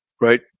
Right